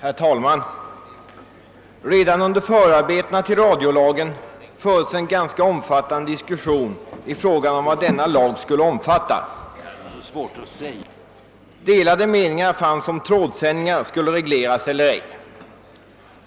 Herr talman! Redan under förarbetena till radiolagen fördes en ganska omfattande diskussion om vad denna lag skulle omfatta. Delade meningar fanns om trådsändningar skulle regleras eller ej.